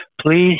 Please